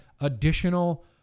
additional